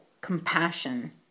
compassion